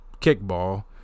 kickball